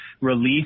release